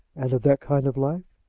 and of that kind of life?